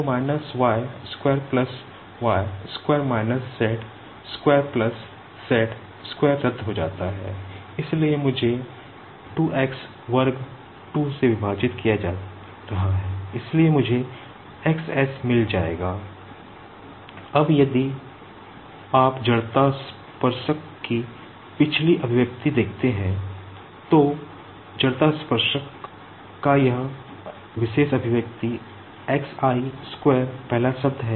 तो minus y square plus y square minus z square plus z square रद्द हो जाता है इसलिए मुझे 2 x वर्ग 2 से विभाजित किया जा रहा है इसलिए मुझे x s मिल जाएगा अब यदि आप जड़ता स्पर्शक की पिछली एक्सप्रेशन पहला शब्द है